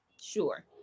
sure